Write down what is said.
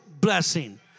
blessing